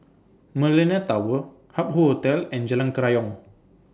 Millenia Tower Hup Hoe Hotel and Jalan Kerayong